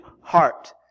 heart